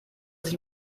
sich